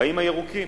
באים הירוקים,